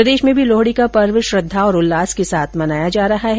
प्रदेश में भी लोहड़ी का पर्व श्रद्धा और उल्लास के साथ मनाया जा रहा है